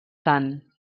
sant